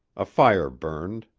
a fire burned.